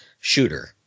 shooter